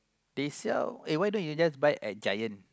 they sell uh why don't you just buy at Giant